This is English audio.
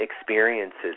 Experiences